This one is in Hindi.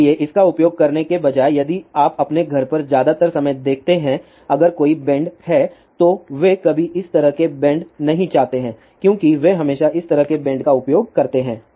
इसलिए इसका उपयोग करने के बजाय यदि आप अपने घर पर ज्यादातर समय देखते हैं अगर कोई बेंड है तो वे कभी भी इस तरह से बेंड नहीं चाहते हैं क्योंकि वे हमेशा इस तरह के बेंड का उपयोग करते हैं